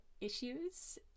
issues